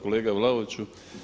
Kolega Vlaoviću.